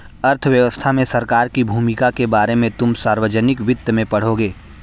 अर्थव्यवस्था में सरकार की भूमिका के बारे में तुम सार्वजनिक वित्त में पढ़ोगे